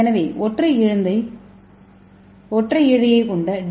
எனவே ஒற்றை இழைந்த டி